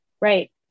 Right